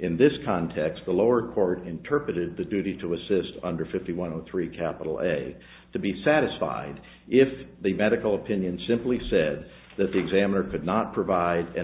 in this context the lower court interpreted the duty to assist under fifty one of the three capital a to be satisfied if the medical opinion simply said that the examiner could not provide an